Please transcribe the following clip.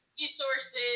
resources